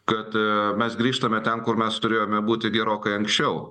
kad mes grįžtame ten kur mes turėjome būti gerokai anksčiau